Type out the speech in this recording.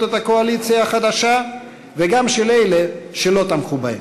את הקואליציה החדשה וגם של אלה שלא תמכו בהן.